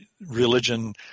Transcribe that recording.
religion